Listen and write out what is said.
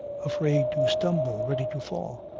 afraid to stumble, ready to fall.